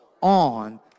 on